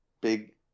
big